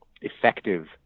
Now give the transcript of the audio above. effective